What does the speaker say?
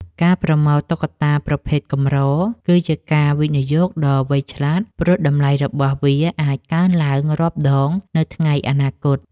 ការប្រមូលតុក្កតាប្រភេទកម្រ គឺជាការវិនិយោគដ៏វៃឆ្លាត ព្រោះតម្លៃរបស់វាអាចកើនឡើងរាប់ដងនៅថ្ងៃអនាគត។